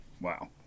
Wow